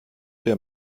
der